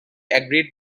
agreed